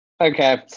Okay